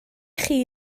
chi